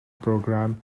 program